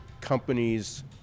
companies